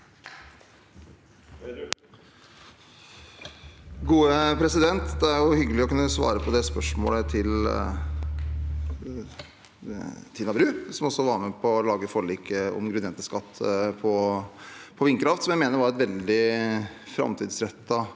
Det er hyggelig å kunne svare på det spørsmålet til Tina Bru, som også var med på å lage forliket om grunnrenteskatt på vindkraft, som jeg mener var et veldig framtidsrettet